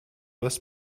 was